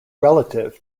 relative